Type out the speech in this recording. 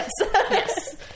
Yes